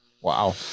wow